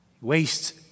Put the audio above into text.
wastes